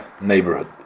neighborhood